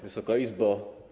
Wysoka Izbo!